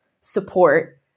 support